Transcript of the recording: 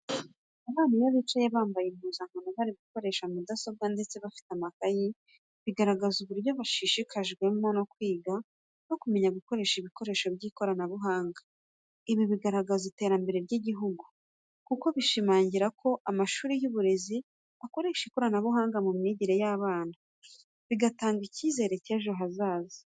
Abana iyo bicaye bambaye impuzankano, bari gukoresha mudasobwa ndetse bafite amakayi, bigaragaza uburyo bashishikajwe no kwiga no kumenya gukoresha ibikoresho by'ikoranabuhanga. Ibi bigaragaza iterambere ry'igihugu, kuko bishimangira ko amashuri y'uburezi akoresha ikoranabuhanga mu myigire y'abana, bigatanga icyizere cy'ejo hazaza.